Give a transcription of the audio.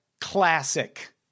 Classic